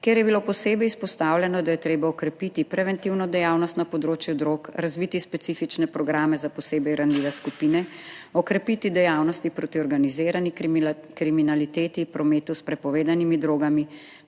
kjer je bilo posebej izpostavljeno, da je treba okrepiti preventivno dejavnost na področju drog, razviti specifične programe za posebej ranljive skupine, okrepiti dejavnosti proti organizirani kriminaliteti, prometu s prepovedanimi drogami,